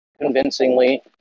convincingly